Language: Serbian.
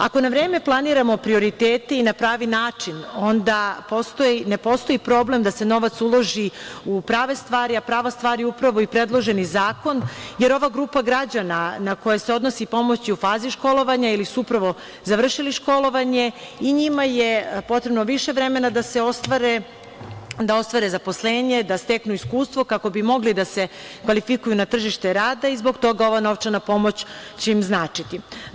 Ako na vreme planiramo prioritete i na pravi način, onda ne postoji problem da se novac uloži u prave stvari, a prava stvar je upravo predloženi zakon, jer ova grupa građana na koju se odnosi pomoć je u fazi školovanja ili su upravo završili školovanje i njima je potrebno više vremena da se ostvare, da ostvare zaposlenje, da steknu iskustvo kako bi mogli da se kvalifikuju na tržište rada i zbog toga ova novčana pomoć će im značiti.